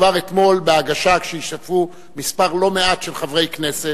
כבר אתמול בהגשה, כשהשתתפו לא מעט חברי כנסת,